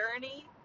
journey